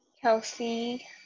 Kelsey